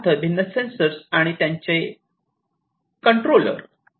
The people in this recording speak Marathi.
उदाहरणार्थ भिन्न सेन्सर आणि त्यांचे कंट्रोलर